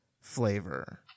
flavor